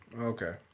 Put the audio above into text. Okay